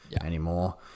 anymore